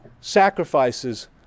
sacrifices